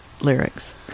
lyrics